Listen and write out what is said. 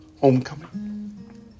homecoming